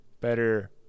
better